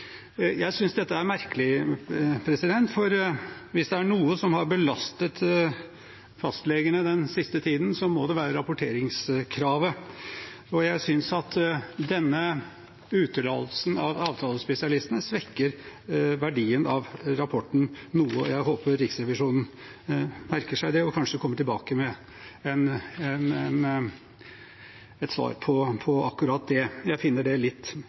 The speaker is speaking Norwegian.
Jeg synes dette er merkelig, for hvis det er noe som har belastet fastlegene den siste tiden, må det være rapporteringskravet. Jeg synes at denne utelatelsen av avtalespesialistene svekker verdien av rapporten noe. Jeg håper Riksrevisjonen merker seg det og kanskje kommer tilbake med et svar på akkurat det. Jeg finner det litt